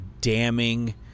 damning